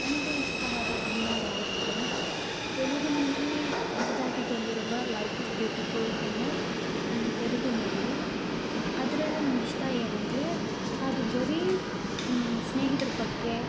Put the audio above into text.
ನನಗೆ ಇಷ್ಟವಾದ ಸಿನಿಮಾ ಯಾವುದೆಂದರೆ ತೆಲುಗಿನಲ್ಲಿ ಹೊಸದಾಗಿ ಬಂದಿರುವ ಲೈಫ್ ಇಸ್ ಬ್ಯೂಟಿಫುಲ್ ಎನ್ನೋ ಒಂದು ತೆಲುಗು ಮೂವೀ ಅದರಲ್ಲಿ ನನ್ಗೆ ಇಷ್ಟ ಏನೆಂದ್ರೆ ಅದು ಬರೀ ಸ್ನೇಹಿತ್ರ ಬಗ್ಗೆ